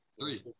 Three